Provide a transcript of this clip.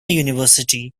university